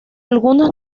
algunos